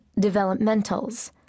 developmentals